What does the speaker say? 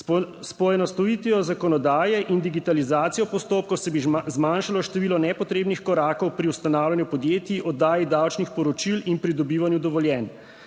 S poenostavitvijo zakonodaje in digitalizacijo postopkov se bo zmanjšalo število nepotrebnih korakov pri ustanavljanju podjetij, oddaji davčnih poročil in pridobivanju dovoljenj.